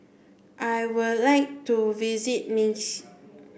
I would like to visit Minsk